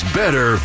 better